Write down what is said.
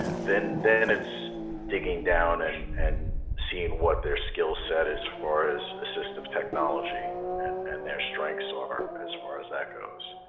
then then it's digging down and and seeing what their skill set as far as assistive technology and and their strengths are as far as that goes.